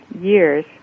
years